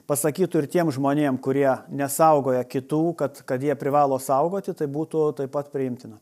pasakytų ir tiem žmonėm kurie nesaugoja kitų kad kad jie privalo saugoti tai būtų taip pat priimtina